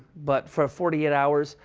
but for forty eight hours.